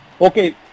Okay